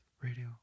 Radio